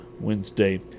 Wednesday